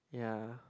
ya